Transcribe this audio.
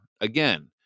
again